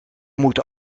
moeten